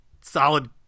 solid